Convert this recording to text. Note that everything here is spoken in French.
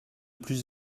plus